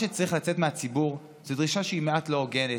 לצאת מהציבור זאת דרישה שהיא מעט לא הוגנת,